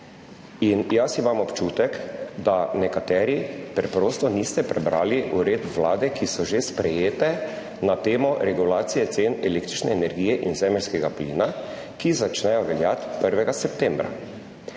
cen. Jaz imam občutek, da nekateri preprosto niste prebrali uredb vlade, ki so že sprejete na temo regulacije cen električne energije in zemeljskega plina, ki začnejo veljati 1. septembra.